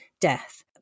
death